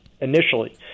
initially